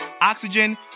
Oxygen